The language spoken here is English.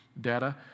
data